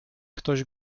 ktoś